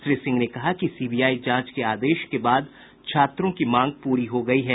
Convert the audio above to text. श्री सिंह ने कहा कि सीबीआई जाँच के आदेश के बाद छात्रों की माँग पूरी हो गयी है